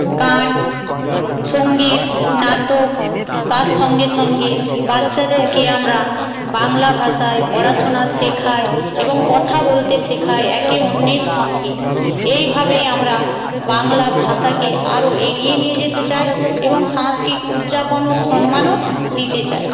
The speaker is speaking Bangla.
গান সঙ্গীত নাটক তার সঙ্গে সঙ্গে বাচ্চাদেরকে আমরা বাংলা ভাষায় পড়াশোনা শেখাই এবং কথা বলতে শেখাই একে অন্যের সঙ্গে এই ভাবেই আমরা বাংলা ভাষাকে আরো এগিয়ে নিয়ে যেতে চাই এবং সাংস্কৃতিক উদযাপনও সম্মানও দিতে চাই